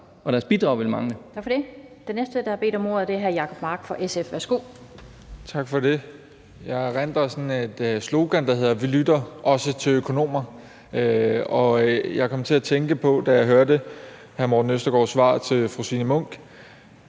fg. formand (Annette Lind): Tak for det. Den næste, der har bedt om ordet, er hr. Jacob Mark for SF. Værsgo. Kl. 14:13 Jacob Mark (SF): Tak for det. Jeg erindrer et slogan, der hed »Vi lytter – også til økonomer«. Jeg kom til at tænke på, da jeg hørte hr. Morten Østergaards svar til fru Signe Munk,